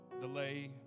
delay